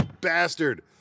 bastard